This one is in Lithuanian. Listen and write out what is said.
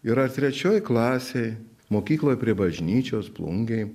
ir ar trečioj klasėj mokykloj prie bažnyčios plungėj